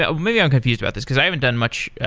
ah maybe i'm confused about this, because i haven't done much